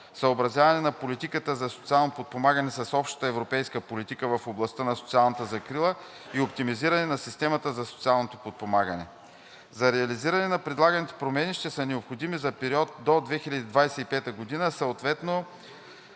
съобразяване на политиката за социално подпомагане с общата европейска политика в областта на социалната закрила и оптимизиране на системата за социално подпомагане. За реализиране на предлаганите промени ще са необходими за периода до 2025 г. съответно: